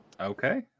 Okay